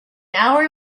hour